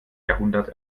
jahrhundert